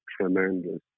tremendous